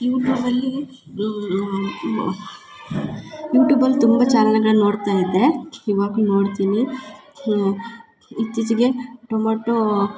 ಯೂಟ್ಯೂಬಲ್ಲಿ ಯೂಟ್ಯೂಬಲ್ಲಿ ತುಂಬ ಚಾನಲಗಳ ನೋಡ್ತಾ ಇದ್ದೆ ಇವಾಗಲೂ ನೋಡ್ತೀನಿ ಇತ್ತಿಚೆಗೆ ಟೊಮಟೋ